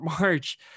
March